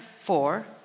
four